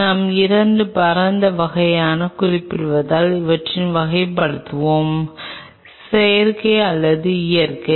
நாம் 2 பரந்த வகைகளாக குறிப்பிடுவதால் அவற்றை வகைப்படுத்துவோம் செயற்கை மற்றும் இயற்கை